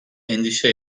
endişe